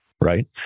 right